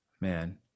Man